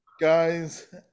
guys